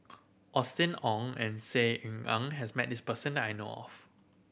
Austen Ong and Saw Ean Ang has met this person I know of